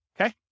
Okay